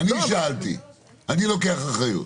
לוקח אחריות.